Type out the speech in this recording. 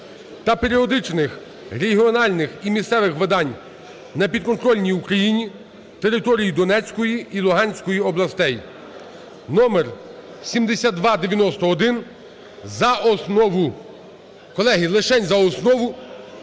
та періодичних регіональних і місцевих видань на підконтрольній Україні території Донецької і Луганської областей (№ 7291) за основу. Колеги, лишень за основу.